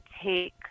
take